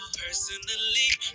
personally